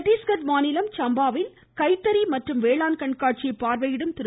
சட்டீஸ்கட் மாநிலம் சம்பாவில் கைத்தறி மற்றும் வேளாண் கண்காட்சியை பார்வையிடும் திரு